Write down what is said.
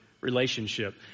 relationship